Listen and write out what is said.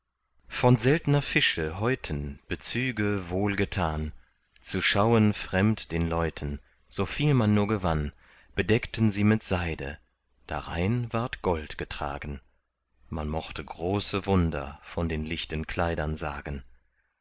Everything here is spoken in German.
von seltner fische häuten bezüge wohlgetan zu schauen fremd den leuten soviel man nur gewann bedeckten sie mit seide darein ward gold getragen man mochte große wunder von den lichten kleidern sagen